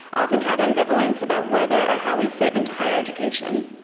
often had ambivalence about whether or how we fit into higher education.